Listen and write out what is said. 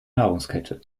nahrungskette